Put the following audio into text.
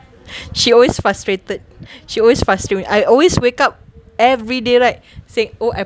she always frustrated she always frustrates me I always wake up everyday like say oh I